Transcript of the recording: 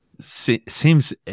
seems